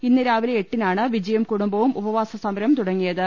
ഇന്ന് രാവിലെ എട്ടിനാണ് വിജിയും കുടുംബവും ഉപവാസ സമരം തുടങ്ങിയത്